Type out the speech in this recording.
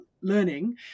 learning